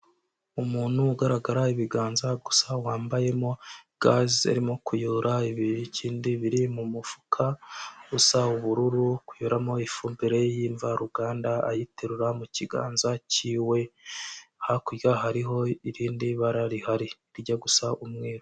Umuntu ugaragara ibiganza gusa wambayemo gaze arimo kuyora ibikindi biri mu mufuka, usa ubururu kunyuramo ifumbire y'imvaruganda ayiterura mu kiganza cy'iwe, hakurya hariho irindi bara rihari, rijya gusa umweru.